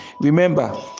Remember